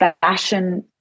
fashion